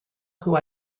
who